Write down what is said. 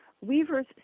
weavers